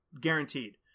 guaranteed